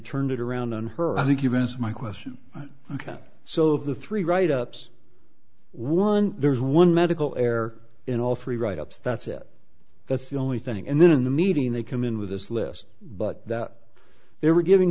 turned it around on her i think you've answered my question ok so of the three write ups one there's one medical error in all three write ups that's it that's the only thing and then in the meeting they come in with this list but that they were giving